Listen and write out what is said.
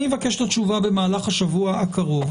אני אבקש את התשובה במהלך השבוע הקרוב.